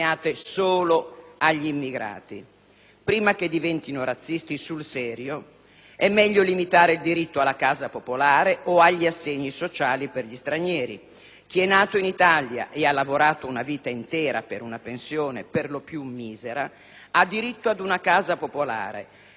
Prima che diventino razzisti sul serio è meglio limitare il diritto alla casa popolare o agli assegni sociali per gli stranieri. Chi è nato in Italia e ha lavorato una vita intera per una pensione, perlopiù misera, ha diritto ad una casa popolare e ha diritto di passare avanti in graduatoria